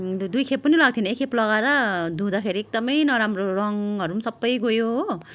दुई खेप पनि लगाएको थिइनँ एक खेप लगाएर धुँदाखेरि एकदमै नराम्रो रङहरू पनि सबै गयो हो